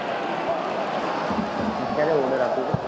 અચ્છા હા ને ક્યારે ઓર્ડર આપ્યો હતો